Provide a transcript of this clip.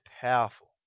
powerful